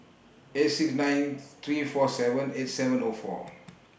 eight six nine three four seven eight seven O four